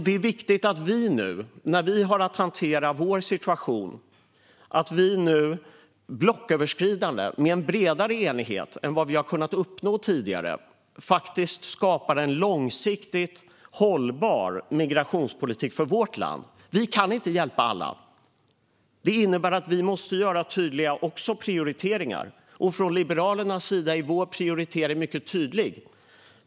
Det är viktigt att vi nu, när vi har att hantera vår situation, blocköverskridande och med en bredare enighet än vi har kunnat uppnå tidigare faktiskt skapar en långsiktigt hållbar migrationspolitik för vårt land. Vi kan inte hjälpa alla. Det innebär att vi också måste göra tydliga prioriteringar. Från Liberalernas sida är prioriteringen mycket tydlig.